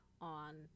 on